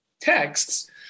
texts